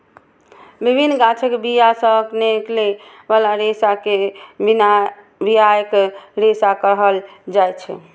विभिन्न गाछक बिया सं निकलै बला रेशा कें बियाक रेशा कहल जाइ छै